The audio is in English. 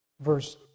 verse